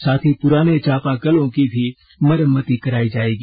साथ ही पुराने चापाकलों की भी मरम्मती कराई जाएगी